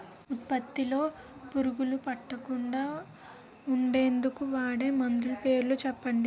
ఉత్పత్తి లొ పురుగులు పట్టకుండా ఉండేందుకు వాడే మందులు పేర్లు చెప్పండీ?